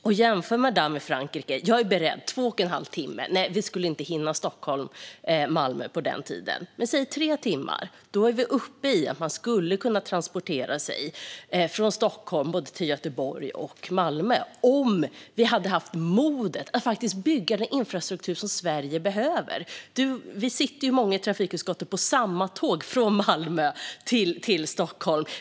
Om man jämför med Frankrike skulle vi inte hinna mellan Stockholm och Malmö på två och en halv timme. Men på till exempel tre timmar skulle man kunna transportera sig från Stockholm till både Göteborg och Malmö, om vi hade haft modet att faktiskt bygga den infrastruktur som Sverige behöver. Många i trafikutskottet sitter på samma tåg, som går från Malmö till Stockholm.